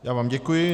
Já vám děkuji.